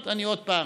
עוד פעם,